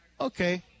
okay